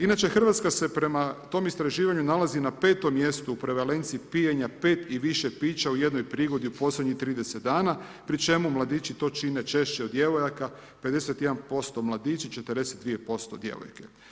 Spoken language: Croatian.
Inače, Hrvatska se prema tom istraživanju nalazi na 5. mjestu u prevalenciji pijenja 5 i više pića u jednoj prigodi u posljednjih 30 dana, pri čemu mladići to čine češće od djevojaka, 51% mladići, 42% djevojke.